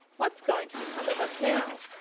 what's going to become of us now?